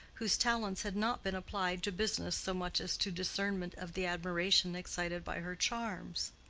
whose talents had not been applied to business so much as to discernment of the admiration excited by her charms.